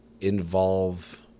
involve